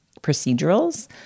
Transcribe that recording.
procedurals